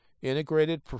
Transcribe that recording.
integrated